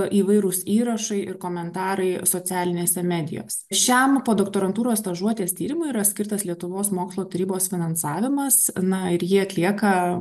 įvairūs įrašai ir komentarai socialinėse medijose šiam podoktorantūros stažuotės tyrimui yra skirtas lietuvos mokslo tarybos finansavimas na ir jį atlieka